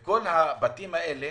את כל הבתים האלה